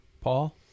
Paul